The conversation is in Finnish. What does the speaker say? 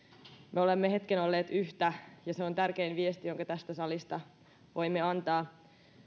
me olemme hetken olleet yhtä ja se on tärkein viesti jonka tästä salista voimme antaa